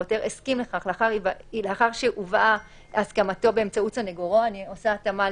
והעותר הסכים לכך לאחר שהובאה הסכמתו באמצעות סנגורו" אני עושה התאמה